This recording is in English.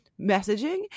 messaging